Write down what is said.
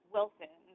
Wilson